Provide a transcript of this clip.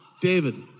David